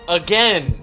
again